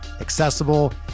accessible